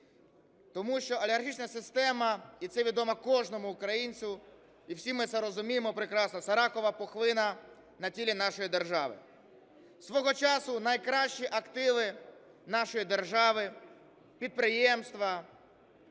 Тому що олігархічна система, і це відомо кожному українцю, і всі ми це розуміємо прекрасно, - це ракова пухлина на тілі нашої держави. Свого часу найкращі активи нашої держави, підприємства